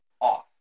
off